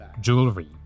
jewelry